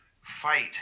fight